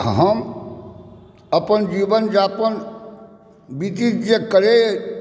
हम अपन जीवनयापन व्यतीत जे करैत